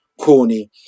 corny